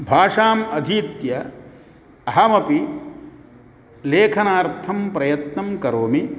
भाषाम् अधीत्य अहमपि लेखनार्थं प्रयत्नं करोमि